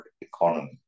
Economy